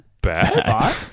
bad